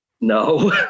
No